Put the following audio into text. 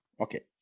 Okay